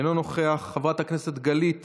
אינו נוכח, חברת הכנסת גלית